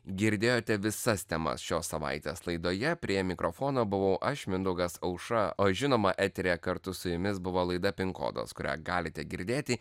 girdėjote visas temas šios savaitės laidoje prie mikrofono buvau aš mindaugas aušra o žinoma eteryje kartu su jumis buvo laida pin kodas kurią galite girdėti